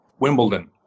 Wimbledon